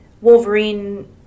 Wolverine